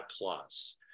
plus